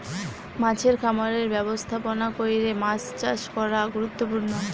মাছের খামারের ব্যবস্থাপনা কইরে মাছ চাষ করা গুরুত্বপূর্ণ